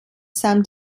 some